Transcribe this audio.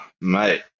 Mate